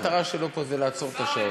תעצרו את השעון.